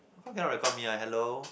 why cannot record me ah hello